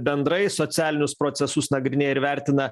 bendrai socialinius procesus nagrinėja ir vertina